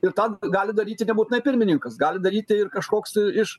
ir tą gali daryti nebūtinai pirmininkas gali daryti ir kažkoks iš